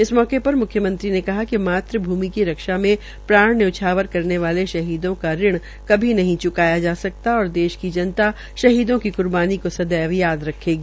इस मौके पर मुख्यमंत्री ने कहा कि मात् भूमि की रक्षा में प्राण न्यौछावर करने वाले शहीदो का ऋण कभी नहीं च्काया जा सकता और देश की जनता शहीदों की क्र्बानी को सदैव याद रखेगी